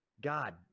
God